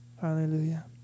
Hallelujah